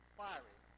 fiery